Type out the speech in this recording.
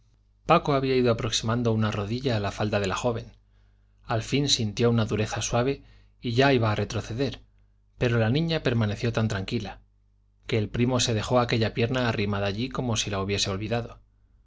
paco había ido aproximando una rodilla a la falda de la joven al fin sintió una dureza suave y ya iba a retroceder pero la niña permaneció tan tranquila que el primo se dejó aquella pierna arrimada allí como si la hubiese olvidado